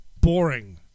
boring